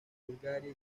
bulgaria